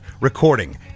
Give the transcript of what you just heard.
recording